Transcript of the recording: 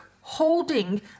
holding